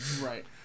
right